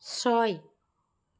ছয়